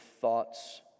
thoughts